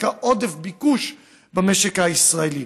על רקע עודף ביקוש במשק הישראלי.